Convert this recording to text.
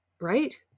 Right